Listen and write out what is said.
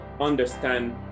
understand